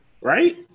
Right